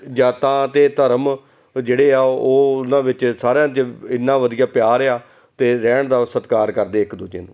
ਜਾਤਾਂ ਦੇ ਧਰਮ ਜਿਹੜੇ ਆ ਉਹ ਉਹਨਾਂ ਵਿੱਚ ਸਾਰਿਆਂ 'ਚ ਇੰਨਾ ਵਧੀਆ ਪਿਆਰ ਆ ਅਤੇ ਰਹਿਣ ਦਾ ਸਤਿਕਾਰ ਕਰਦੇ ਇੱਕ ਦੂਜੇ ਨੂੰ